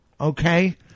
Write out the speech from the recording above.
okay